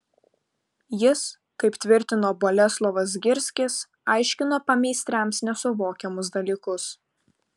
jis kaip tvirtino boleslovas zgirskis aiškino pameistriams nesuvokiamus dalykus